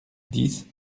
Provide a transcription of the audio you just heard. dix